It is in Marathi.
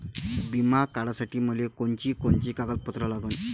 बिमा काढासाठी मले कोनची कोनची कागदपत्र लागन?